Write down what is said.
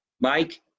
Mike